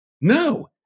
No